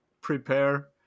prepare